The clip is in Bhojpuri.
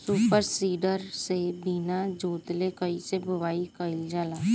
सूपर सीडर से बीना जोतले कईसे बुआई कयिल जाला?